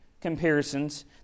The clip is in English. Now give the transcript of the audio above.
comparisons